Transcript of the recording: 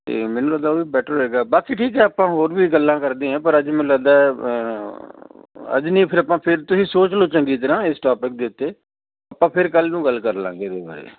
ਅਤੇ ਮੈਨੂੰ ਲੱਗਦਾ ਉਹ ਵੀ ਬੈਟਰ ਰਹੇਗਾ ਬਾਕੀ ਠੀਕ ਹੈ ਆਪਾਂ ਹੋਰ ਵੀ ਗੱਲਾਂ ਕਰਦੇ ਹਾਂ ਪਰ ਅੱਜ ਮੈਨੂੰ ਲੱਗਦਾ ਅੱਜ ਨਹੀਂ ਫਿਰ ਆਪਾਂ ਫਿਰ ਤੁਸੀਂ ਸੋਚ ਲਓ ਚੰਗੀ ਤਰ੍ਹਾਂ ਇਸ ਟੋਪਿਕ ਦੇ ਉੱਤੇ ਆਪਾਂ ਫਿਰ ਕੱਲ੍ਹ ਨੂੰ ਗੱਲ ਕਰ ਲਵਾਂਗੇ ਇਹਦੇ ਬਾਰੇ